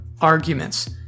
arguments